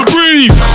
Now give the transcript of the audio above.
Breathe